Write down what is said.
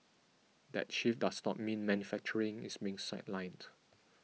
that shift does not mean manufacturing is being sidelined